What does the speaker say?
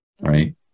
Right